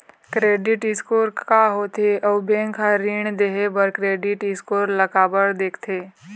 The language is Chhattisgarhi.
क्रेडिट स्कोर का होथे अउ बैंक हर ऋण देहे बार क्रेडिट स्कोर ला काबर देखते?